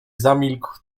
zamilkł